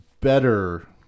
better